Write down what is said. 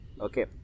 Okay